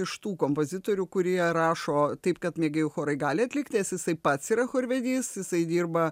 iš tų kompozitorių kurie rašo taip kad mėgėjų chorai gali atlikti jisai pats yra chorvedys jisai dirba